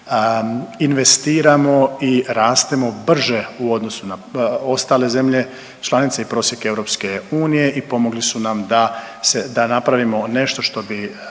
investiramo i rastemo brže u ostalu na ostale zemlje, članice i prosjek EU i pomogli su nam da se, da napravimo nešto što inače